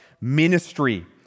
ministry